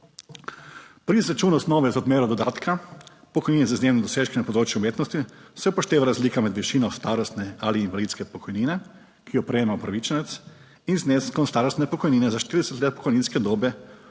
Pri izračunu osnove za odmero dodatka pokojnine za njene dosežke na področju umetnosti se upošteva razlika med višino starostne ali invalidske pokojnine, ki jo prejema upravičenec in z zneskom starostne pokojnine za 40 let pokojninske dobe